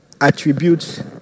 attributes